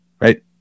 right